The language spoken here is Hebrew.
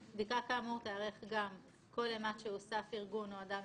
כאמור או תוכנו של אחד מאלה,